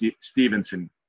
Stevenson